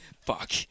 Fuck